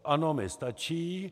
Ano mi stačí.